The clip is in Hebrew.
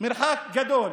מרחק גדול.